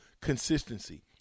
Consistency